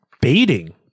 baiting